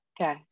okay